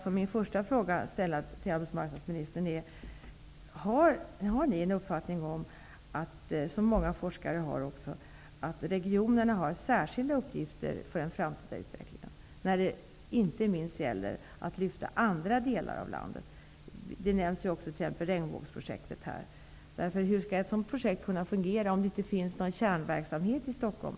Min första fråga till arbetsmarknadsministern är därför: Har regeringen, liksom många forskare, uppfattningen att regionerna har särskilda uppgifter i en framtida utveckling, inte minst när det gäller att lyfta andra delar av landet? I svaret nämns t.ex. Regnbågsprojektet. Hur skall ett sådant projekt fungera om det inte finns någon kärnverksamhet i Stockholm?